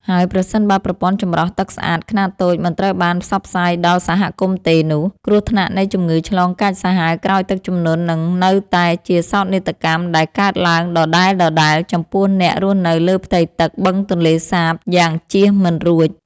ហើយប្រសិនបើប្រព័ន្ធចម្រោះទឹកស្អាតខ្នាតតូចមិនត្រូវបានផ្សព្វផ្សាយដល់សហគមន៍ទេនោះ គ្រោះថ្នាក់នៃជំងឺឆ្លងកាចសាហាវក្រោយទឹកជំនន់នឹងនៅតែជាសោកនាដកម្មដែលកើតឡើងដដែលៗចំពោះអ្នករស់នៅលើផ្ទៃទឹកបឹងទន្លេសាបយ៉ាងជៀសមិនរួច។